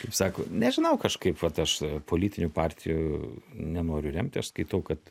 kaip sako nežinau kažkaip vat aš politinių partijų nenoriu remti aš skaitau kad